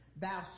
thou